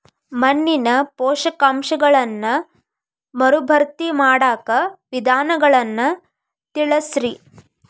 ಮಣ್ಣಿನ ಪೋಷಕಾಂಶಗಳನ್ನ ಮರುಭರ್ತಿ ಮಾಡಾಕ ವಿಧಾನಗಳನ್ನ ತಿಳಸ್ರಿ